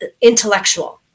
intellectual